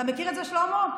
אתה מכיר את זה, שלמה?